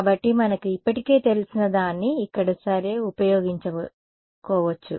కాబట్టి మనకు ఇప్పటికే తెలిసిన దాన్ని ఇక్కడ సరే ఉపయోగించుకోవచ్చు